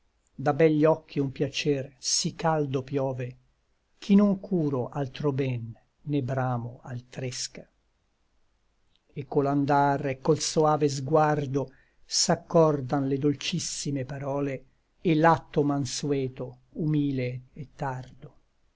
da begli occhi un piacer sí caldo piove ch'i non curo altro ben né bramo altr'ésca et co l'andar et col soave sguardo s'accordan le dolcissime parole et l'atto manseto humile et tardo